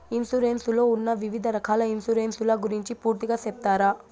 Insurance లో ఉన్న వివిధ రకాల ఇన్సూరెన్సు ల గురించి పూర్తిగా సెప్తారా?